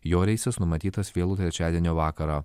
jo reisas numatytas vėlų trečiadienio vakarą